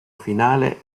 finale